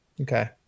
Okay